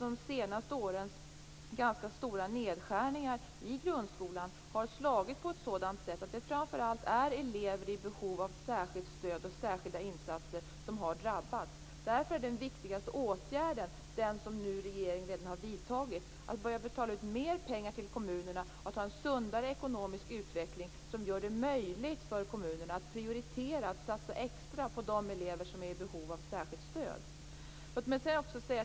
De senaste årens ganska stora nedskärningar i grundskolan har slagit på ett sådant sätt att det framför allt är elever i behov av särskilt stöd och särskilda insatser som har drabbats. Den viktigaste åtgärden är därför den som regeringen redan har vidtagit, att betala ut mer pengar till kommunerna och att ha en sundare ekonomisk utveckling som gör det möjligt för kommunerna att prioritera och satsa extra på de elever som är i behov av särskilt stöd.